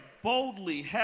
Boldly